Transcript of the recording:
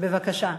בבקשה.